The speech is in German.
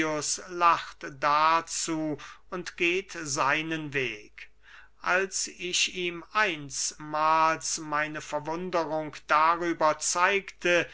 lacht dazu und geht seinen weg als ich ihm einsmahls meine verwunderung darüber zeigte